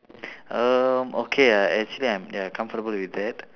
err okay ah actually I'm ya comfortable with that